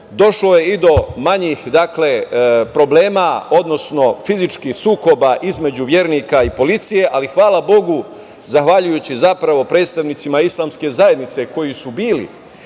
Došlo je i do manjih problema, odnosno fizičkih sukoba između vernika i policije, ali, hvala Bogu, zahvaljujući zapravo predstavnicima islamske zajednice koji su bili